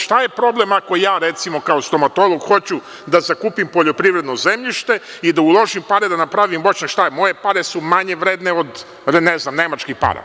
Šta je problem ako ja, recimo kao stomatolog, hoću da zakupim poljoprivredno zemljište i da uložim pare da napravim, moje mare su manje vredne, ne znam od nemačkih para?